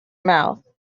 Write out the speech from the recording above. mouth